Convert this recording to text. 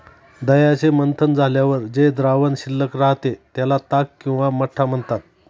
दह्याचे मंथन झाल्यावर जे द्रावण शिल्लक राहते, त्याला ताक किंवा मठ्ठा म्हणतात